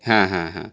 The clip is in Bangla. হ্যাঁ হ্যাঁ হ্যাঁ